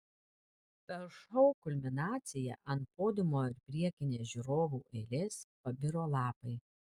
per šou kulminaciją ant podiumo ir priekinės žiūrovų eilės pabiro lapai